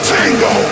Tango